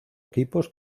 equipos